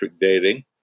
dating